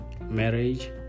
Marriage